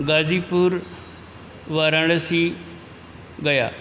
Ghazipur Varanasi Gaya